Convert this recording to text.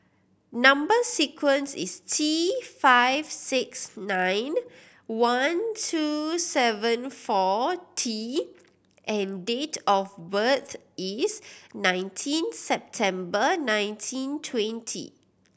number sequence is T five six nine one two seven four T and date of birth is nineteen September nineteen twenty